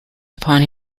upon